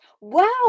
Wow